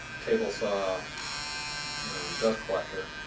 table saw dust collector.